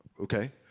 okay